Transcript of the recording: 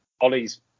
ollie's